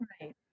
right